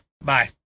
Bye